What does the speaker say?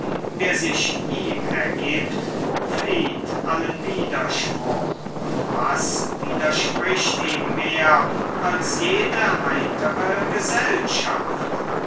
wer sich ihm ergibt flieht allen widerspruch und was widerspricht ihm mehr als jede heitere gesellschaft